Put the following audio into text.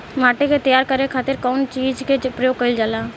माटी के तैयार करे खातिर कउन कउन चीज के प्रयोग कइल जाला?